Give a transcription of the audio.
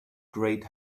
great